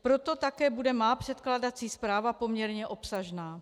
Proto také bude má předkládací zpráva poměrně obsažná.